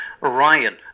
Ryan